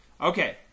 Okay